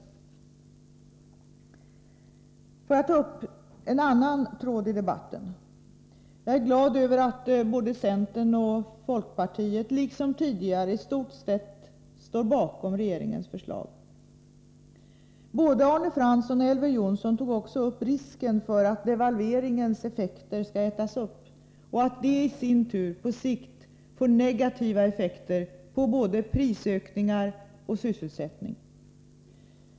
Jag är glad över att både centern och folkpartiet liksom tidigare i stort sett står bakom regeringens förslag. Både Arne Fransson och Elver Jonsson tog också upp risken för att devalveringens effekter skall ätas upp och att det i sin tur på sikt får negativa följder för både prisutveckling och sysselsättning.